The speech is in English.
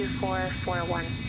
five point one